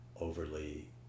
overly